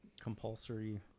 compulsory